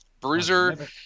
Bruiser